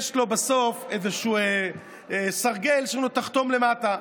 יש לו בסוף איזשהו סרגל שאומרים לו: תחתום למטה.